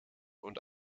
und